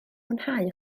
mwynhau